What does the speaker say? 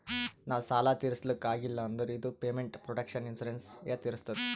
ನಾವ್ ಸಾಲ ತಿರುಸ್ಲಕ್ ಆಗಿಲ್ಲ ಅಂದುರ್ ಇದು ಪೇಮೆಂಟ್ ಪ್ರೊಟೆಕ್ಷನ್ ಇನ್ಸೂರೆನ್ಸ್ ಎ ತಿರುಸ್ತುದ್